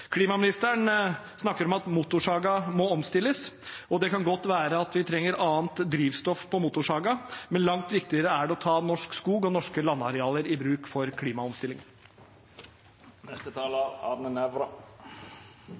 Klimaministeren snakker om at motorsaga må omstilles, og det kan godt være at vi trenger annet drivstoff på motorsaga, men langt viktigere er det å ta norsk skog og norske landarealer i bruk for